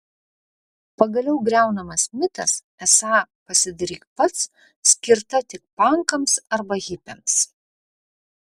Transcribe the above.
pagaliau griaunamas mitas esą pasidaryk pats skirta tik pankams arba hipiams